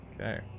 Okay